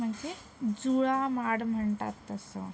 म्हणजे जुळा माड म्हणतात तसं